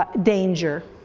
ah danger.